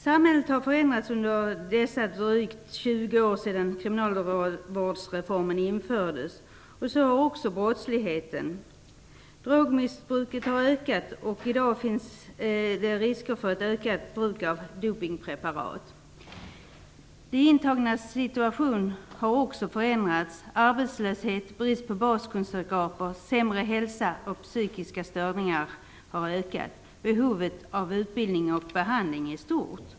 Samhället har förändrats under dessa drygt 20 år sedan kriminalvårdsreformen infördes, och så har också brottsligheten. Drogmissbruket har ökat, och i dag finns det risk för ett ökat bruk av dopningspreparat. De intagnas situation har också förändrats. Arbetslösheten och bristen på baskunskaper har blivit större. Hälsan har blivit sämre, och psykiska störningar har ökat. Behovet av utbildning och behandling är stort.